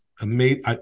amazing